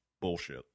bullshit